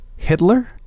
Hitler